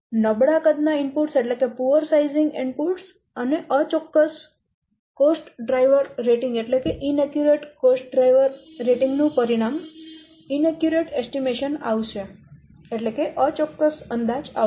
નબળા કદ ના ઇનપુટ્સ અને અચોક્કસ ખર્ચ ડ્રાઈવર રેટિંગ નું પરિણામ અચોક્કસ અંદાજ આવશે